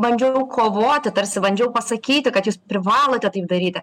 bandžiau kovoti tarsi bandžiau pasakyti kad jūs privalote taip daryti